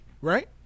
right